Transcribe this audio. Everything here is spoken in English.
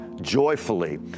joyfully